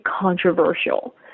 controversial